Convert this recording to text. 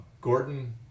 Gordon